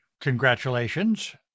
Congratulations